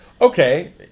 Okay